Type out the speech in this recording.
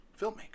filmmaker